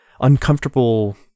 uncomfortable